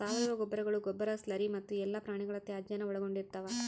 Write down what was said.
ಸಾವಯವ ಗೊಬ್ಬರಗಳು ಗೊಬ್ಬರ ಸ್ಲರಿ ಮತ್ತು ಎಲ್ಲಾ ಪ್ರಾಣಿಗಳ ತ್ಯಾಜ್ಯಾನ ಒಳಗೊಂಡಿರ್ತವ